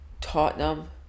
Tottenham